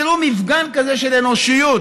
תראו, מפגן כזה של אנושיות,